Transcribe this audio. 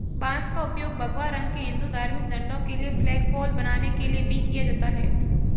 बांस का उपयोग भगवा रंग के हिंदू धार्मिक झंडों के लिए फ्लैगपोल बनाने के लिए भी किया जाता है